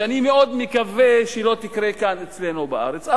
ואני מאוד מקווה שהיא לא תקרה כאן אצלנו בארץ,